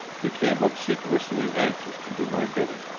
became obsequiously anxious to do my bidding.